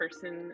person